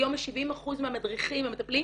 היום ל-70% מהמדריכים והמטפלים,